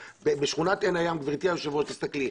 בשכונת הים, גברתי היושבת ראש, תסתכלי.